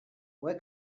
moje